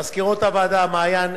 מזכירות הוועדה מעיין,